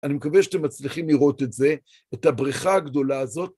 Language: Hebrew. אני מקווה שאתם מצליחים לראות את זה, את הבריכה הגדולה הזאת.